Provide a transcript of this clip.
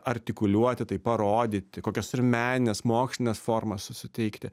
artikuliuoti tai parodyti kokios ir meninės mokslinės formas suteikti